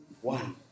One